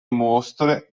mostre